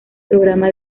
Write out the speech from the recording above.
programa